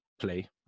play